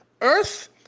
Earth